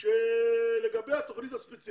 שיעורי התעסוקה בקרב יוצאי